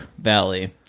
Valley